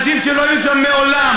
אנשים שלא היו שם מעולם